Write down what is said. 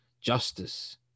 justice